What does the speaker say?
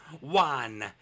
One